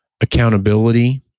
accountability